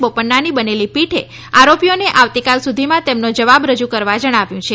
બોપન્નાની બનેલી પીઠે આરોપીઓને આવતીકાલ સુધીમાં તેમનો જવાબ રજૂ કરવા જણાવ્યું છે